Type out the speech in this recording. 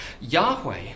Yahweh